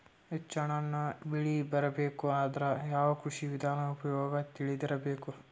ಹೆಚ್ಚು ಹಣ್ಣನ್ನ ಬೆಳಿ ಬರಬೇಕು ಅಂದ್ರ ಯಾವ ಕೃಷಿ ವಿಧಾನ ಉಪಯೋಗ ತಿಳಿದಿರಬೇಕು?